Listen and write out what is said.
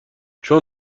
چون